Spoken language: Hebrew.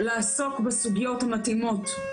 לעסוק בסוגיות המתאימות.